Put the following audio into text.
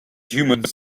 humans